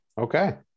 Okay